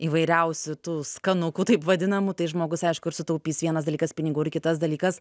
įvairiausių tų skanukų taip vadinamų tai žmogus aišku ir sutaupys vienas dalykas pinigų ir kitas dalykas